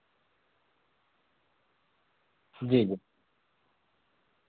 جی جی